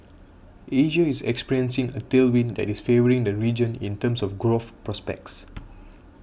Asia is experiencing a tailwind that is favouring the region in terms of growth prospects